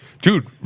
dude